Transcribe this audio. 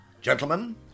Gentlemen